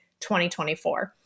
2024